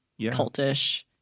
cultish